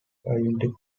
identical